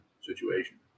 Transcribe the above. situation